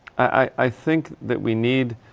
i, think that we need